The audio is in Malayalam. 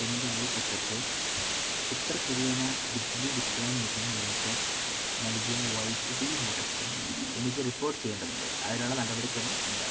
എൻ്റെ അയൽപക്കത്ത് ഉത്തർ ഹരിയാന ബിജ്ലി വിത്രാൻ നിഗം ലിമിറ്റഡ് നൽകിയ വൈദ്യുതി മുടക്കം എനിക്ക് റിപ്പോർട്ട് ചെയ്യേണ്ടതുണ്ട് അതിനുള്ള നടപടിക്രമം എന്താണ്